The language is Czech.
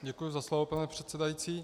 Děkuji za slovo, pane předsedající.